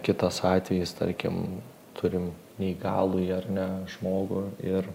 kitas atvejis tarkim turim neįgalųjį ar ne žmogų ir